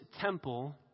temple